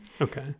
Okay